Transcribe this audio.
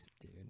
dude